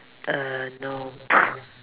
err no